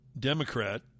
Democrat